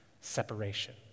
Separation